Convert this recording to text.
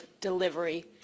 delivery